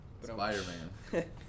Spider-Man